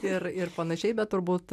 ir ir panašiai bet turbūt